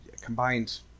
combined